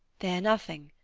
fear nothing.